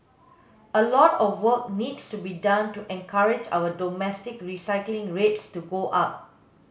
a lot of work needs to be done to encourage our domestic recycling rates to go up